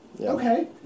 Okay